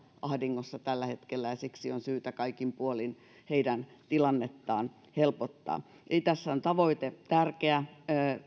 ahdingossa tällä hetkellä ja siksi on syytä kaikin puolin heidän tilannettaan helpottaa eli tässä on tavoite tärkeä